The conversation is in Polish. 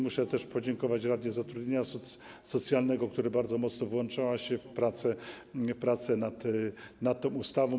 Muszę tu też podziękować Radzie Zatrudnienia Socjalnego, która bardzo mocno włączała się w pracę nad tą ustawą.